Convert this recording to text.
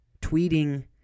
Tweeting